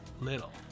little